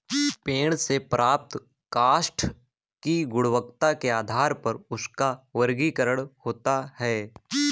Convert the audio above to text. पेड़ से प्राप्त काष्ठ की गुणवत्ता के आधार पर उसका वर्गीकरण होता है